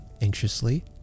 anxiously